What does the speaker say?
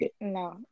no